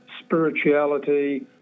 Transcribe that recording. spirituality